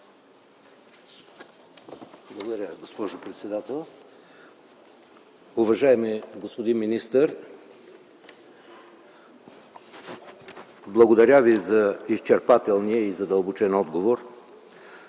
благодаря Ви за изчерпателния и задълбочен отговор.